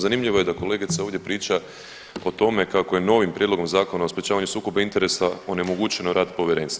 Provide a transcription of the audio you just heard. Zanimljivo je da kolegica ovdje priča o tome kako je novim Prijedlogom Zakona o sprječavanju sukoba interesa onemogućeno rad Povjerenstva.